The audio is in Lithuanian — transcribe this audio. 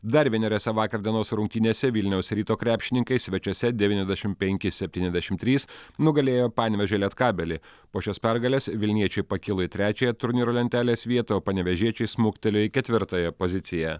dar vieneriose vakar dienos rungtynėse vilniaus ryto krepšininkai svečiuose devyniasdešim penki septyniasdešim trys nugalėjo panevėžio lietkabelį po šios pergalės vilniečiai pakilo į trečiąją turnyro lentelės vietą o panevėžiečiai smuktelėjo į ketvirtąją poziciją